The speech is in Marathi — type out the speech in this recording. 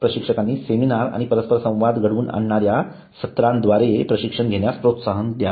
प्रशिक्षकांनी सेमिनार आणि परस्पर संवाद घडवून आणणाऱ्या सत्रांद्वारे प्रशिक्षण घेणाऱ्यास प्रोत्साहन द्यावे